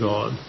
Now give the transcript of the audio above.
God